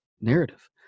narrative